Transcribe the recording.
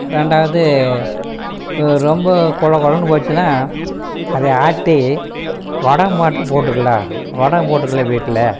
ரெண்டாவது ரொம்ப கொழ கொழன்னு போச்சுன்னால் அதை ஆட்டி வடகம்மாட்டம் போட்டுக்கலாம் வடகம் போட்டுக்கலாம் வீட்டில்